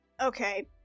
Okay